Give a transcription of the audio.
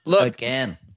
Again